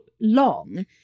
long